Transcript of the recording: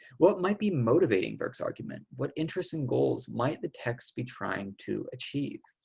what might be motivating burke's argument what interesting goals might the texts be trying to achieve.